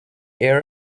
air